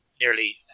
nearly